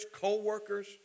co-workers